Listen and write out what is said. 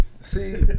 See